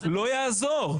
לא יעזור.